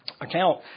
account